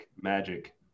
magic